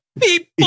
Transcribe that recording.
people